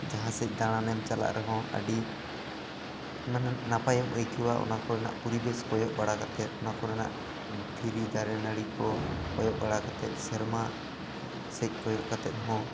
ᱡᱟᱦᱟᱸ ᱥᱮᱫ ᱫᱟᱲᱟᱱ ᱮᱢ ᱪᱟᱞᱟᱜ ᱨᱮᱦᱚᱸ ᱟᱹᱰᱤ ᱢᱮᱱᱮᱱ ᱱᱟᱯᱟᱭ ᱮᱢ ᱟᱹᱭᱠᱟᱹᱣᱼᱟ ᱚᱱᱟ ᱠᱚᱨᱮᱱᱟᱜ ᱯᱩᱨᱤᱵᱮᱥ ᱠᱚᱭᱚᱜ ᱵᱟᱲᱟ ᱠᱟᱛᱮ ᱚᱱᱟ ᱠᱚᱨᱮᱱᱟᱜ ᱫᱷᱤᱨᱤ ᱫᱟᱨᱮ ᱱᱟᱹᱲᱤ ᱠᱚ ᱠᱚᱭᱚᱜ ᱵᱟᱲᱟ ᱠᱟᱛᱮ ᱥᱮᱨᱢᱟ ᱥᱮᱫ ᱠᱚᱭᱚᱜ ᱠᱟᱛᱮ ᱦᱚᱸ